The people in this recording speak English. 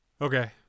Okay